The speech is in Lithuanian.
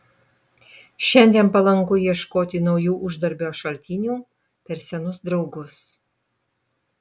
šiandien palanku ieškoti naujų uždarbio šaltinių per senus draugus